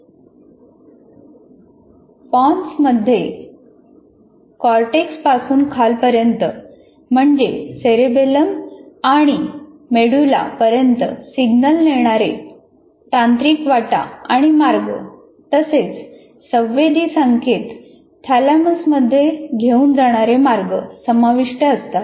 पोन्समध्ये कॉर्टेक्सपासून खालपर्यंत म्हणजे सेरेबेलम आणि मेडुला पर्यंत सिग्नल नेणारे तंत्रिकावाटा आणि मार्ग तसेच संवेदी संकेत थॅलसमध्ये घेऊन जाणारे मार्ग समाविष्ट असतात